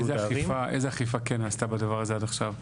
איזה אכיפה כן נעשתה בדבר הזה עד עכשיו?